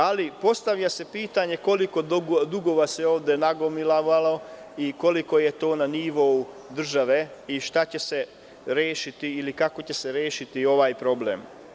Ali, postavlja se pitanje – koliko dugova se ovde nagomilavalo i koliko je to na nivou države i šta će se rešiti ili kako će se rešiti ovaj problem?